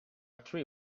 tree